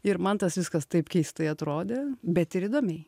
ir man tas viskas taip keistai atrodė bet ir įdomiai